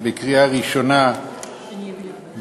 ונתקבלה בקריאה ראשונה בחודש